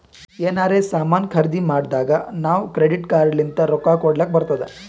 ಎನಾರೇ ಸಾಮಾನ್ ಖರ್ದಿ ಮಾಡ್ದಾಗ್ ನಾವ್ ಕ್ರೆಡಿಟ್ ಕಾರ್ಡ್ ಲಿಂತ್ ರೊಕ್ಕಾ ಕೊಡ್ಲಕ್ ಬರ್ತುದ್